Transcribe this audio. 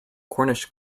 cornish